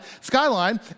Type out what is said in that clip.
skyline